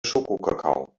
schokokakao